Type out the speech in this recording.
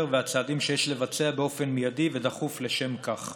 והצעדים שיש לבצע באופן מיידי ודחוף לשם כך.